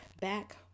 back